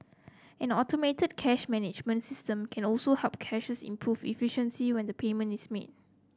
an automated cash management system can also help cashiers improve efficiency when the payment is made